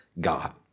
God